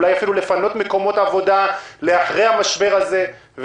אולי אפילו לפנות מקומות עבודה לאחרי המשבר הזה.